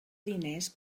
diners